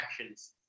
actions